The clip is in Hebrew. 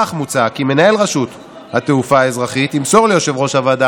כמו כן מוצע כי מנהל רשות התעופה האזרחית ימסור ליושב-ראש הוועדה